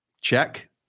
check